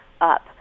up